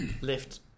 lift